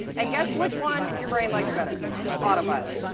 and guess which one your brain likes better autopilot.